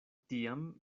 tiam